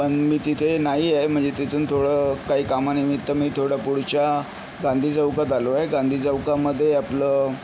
पण मी तिथे नाही आहे म्हणजे तिथून थोडं काही कामानिमित्त मी थोडं पुढच्या गांधी चौकात आलो आहे गांधी चौकामध्ये आपलं